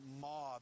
mob